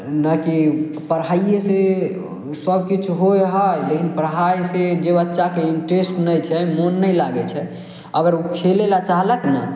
नाकि पढ़ाइएसँ सब किछु होइ हइ लेकिन पढ़ाइसँ जे बच्चाके इंट्रेस्ट नहि छै मोन नहि लागय छै अगर उ खेलय लए चाहलक ने